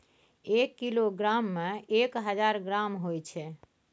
एक किलोग्राम में एक हजार ग्राम होय छै